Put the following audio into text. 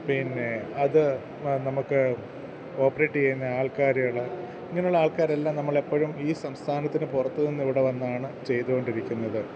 പിന്നെ അത് നമുക്ക് ഓപ്പറേറ്റ് ചെയ്യുന്ന ആൾക്കാരുകൾ ഇങ്ങനെയുള്ള ആൾക്കാരെല്ലാം നമ്മളെപ്പോഴും ഈ സംസ്ഥാനത്തിനു പുറത്തുനിന്ന് ഇവിടെ വന്നാണ് ചെയ്തുകൊണ്ടിരിക്കുന്നത്